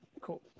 Cool